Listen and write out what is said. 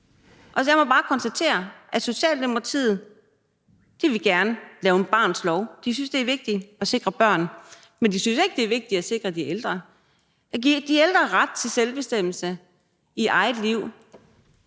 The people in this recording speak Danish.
Jeg må bare konstatere, at Socialdemokratiet gerne vil lave en barnets lov; de synes, det er vigtigt at sikre børn, men de synes ikke, det er vigtigt at sikre de ældre: at give de ældre ret til selvbestemmelse i eget liv